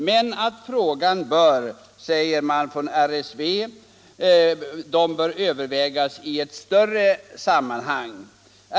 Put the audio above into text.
Men frågan bör, säger RSV, övervägas i ett större sammanhang.